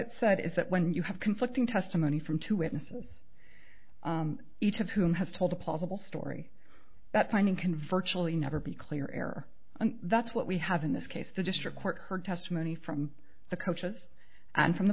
it said is that when you have conflicting testimony from two witnesses each of whom has told a plausible story that finding can virtually never be clear error and that's what we have in this case the district court heard testimony from the coaches and from the